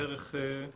בערך.